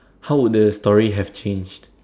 how would the story have changed